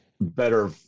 better